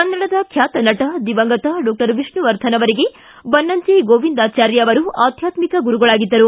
ಕನ್ನಡದ ಖ್ಯಾತ ನಟ ದಿವಂಗತ ಡಾಕ್ಟರ್ ವಿಷ್ಣುವರ್ಧನ್ ಅವರಿಗೆ ಬನ್ನಂಜೆ ಗೋವಿಂದಾಚಾರ್ಯ ಅವರು ಆಧ್ಯಾತ್ಮಿಕ ಗುರುಗಳಾಗಿದ್ದರು